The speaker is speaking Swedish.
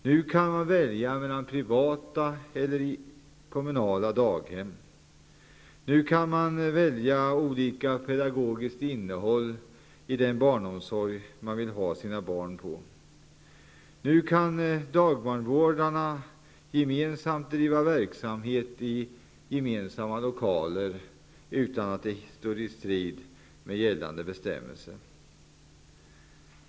Nu kan man välja mellan privata och kommunala daghem. Nu kan man välja olika pedagogiskt innehåll i den barnomsorg där man vill ha sina barn. Nu kan dagbarnvårdarna driva verksamhet i gemensamma lokaler utan att det står i strid med gällande bestämmelser.